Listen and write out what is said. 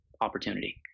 opportunity